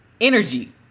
energy